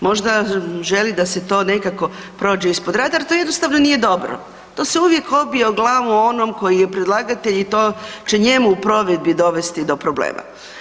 Možda želi da se to nekako prođe ispod rada, to jednostavno nije dobro, to se uvijek obije o glavu onom koji je predlagatelj i to će njemu u provedbi dovesti do problema.